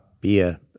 beer